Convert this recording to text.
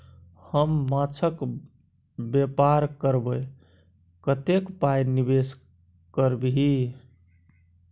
हम माछक बेपार करबै कतेक पाय निवेश करबिही?